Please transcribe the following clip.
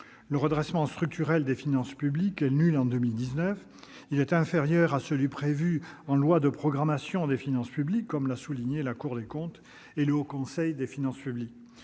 Le redressement structurel des finances publiques est nul en 2019 ; il est inférieur à celui qui était prévu par la loi de programmation des finances publiques, comme l'ont souligné la Cour des comptes et le Haut Conseil des finances publiques.